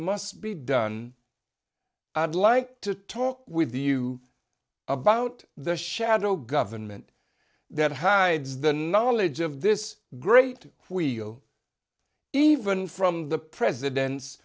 must be done i'd like to talk with you about the shadow government that hides the knowledge of this great even from the presidents